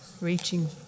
Reaching